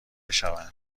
شوند